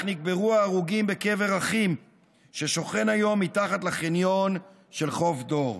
נקברו ההרוגים בקבר אחים ששוכן היום מתחת לחניון של חוף דור.